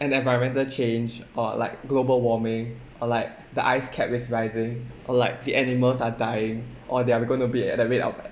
an environmental change or like global warming or like the ice cap is rising or like the animals are dying or they are gonna be at the rate of